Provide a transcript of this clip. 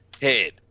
head